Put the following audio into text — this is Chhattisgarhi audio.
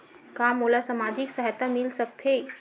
का मोला सामाजिक सहायता मिल सकथे?